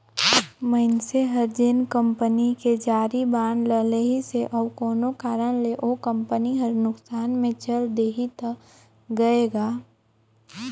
मइनसे हर जेन कंपनी के जारी बांड ल लेहिसे अउ कोनो कारन ले ओ कंपनी हर नुकसान मे चल देहि त गय गा